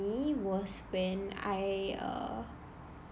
was when I err